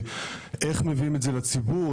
איך מביאים את זה לציבור,